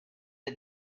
for